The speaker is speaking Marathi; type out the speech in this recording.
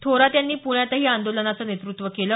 थोरात यांनी प्ण्यातही या आंदोलनाचं नेतृत्व केलं